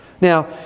Now